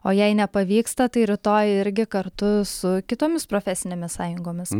o jei nepavyksta tai rytoj irgi kartu su kitomis profesinėmis sąjungomis